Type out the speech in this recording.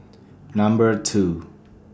Number two